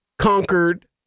conquered